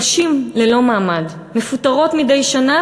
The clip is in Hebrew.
נשים ללא מעמד מפוטרות מדי שנה,